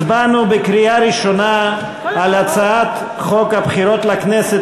הצבענו בקריאה ראשונה על הצעת חוק הבחירות לכנסת